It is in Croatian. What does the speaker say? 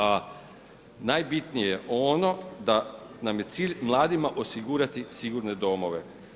A najbitnije je ono, da nam je cilj mladima osigurati sigurne domove.